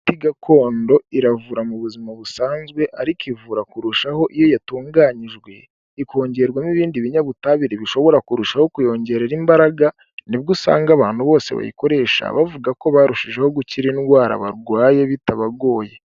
Imiti gakondo iravura mu buzima busanzwe, ariko ivura kurushaho iyo yatunganyijwe, ikongerwamo ibindi binyabutabire bishobora kurushaho kuyongerera imbaraga. Nibwo usanga abantu bose bayikoresha bavuga ko barushijeho gukira indwara barwaye bitabagoye.